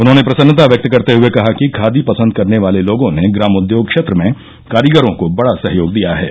उन्होंने प्रसन्नता व्यक्त करते हए कहा कि खादी पसंद करने वाले लोगों ने ग्रामोद्योग क्षेत्र में कारीगरों को बडा सहयोग दिया है